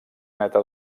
neta